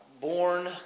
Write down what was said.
born